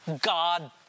God